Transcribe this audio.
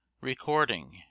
Recording